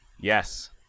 Yes